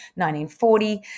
1940